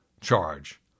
charge